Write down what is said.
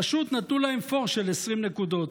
פשוט נתנו להם פור של 20 נקודות.